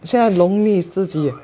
现在农历是几